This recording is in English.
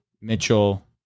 Mitchell